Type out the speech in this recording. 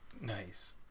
Nice